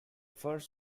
first